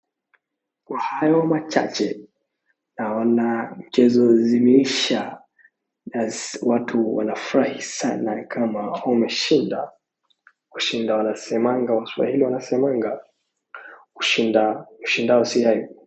Kwa hayo machache naona mchezo zimeisha na watu wanafurahi sana kama wameshinda. Washinda wanasemanga, waswahili wanasemanga kushinda kushinda.